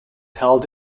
held